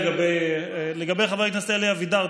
לגבי חבר הכנסת אלי אבידר,